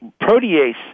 protease